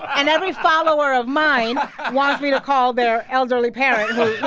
and every follower of mine wants me to call their elderly parent who,